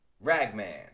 ragman